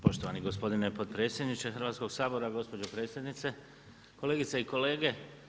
Poštovani gospodine potpredsjedniče Hrvatskog sabora, gospođo predsjednice, kolegice i kolege.